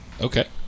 Okay